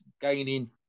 gaining